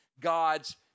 God's